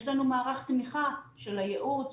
יש לנו מערך תמיכה של הייעוץ,